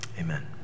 amen